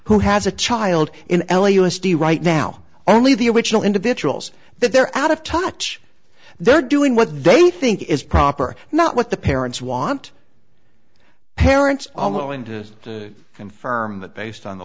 who has a child in l a u s t right now only the original individuals that they're out of touch they're doing what they think is proper not what the parents want parents all owing to confirm that based on the